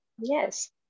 Yes